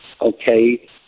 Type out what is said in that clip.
okay